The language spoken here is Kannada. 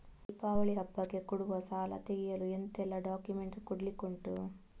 ದೀಪಾವಳಿ ಹಬ್ಬಕ್ಕೆ ಕೊಡುವ ಸಾಲ ತೆಗೆಯಲು ಎಂತೆಲ್ಲಾ ಡಾಕ್ಯುಮೆಂಟ್ಸ್ ಕೊಡ್ಲಿಕುಂಟು?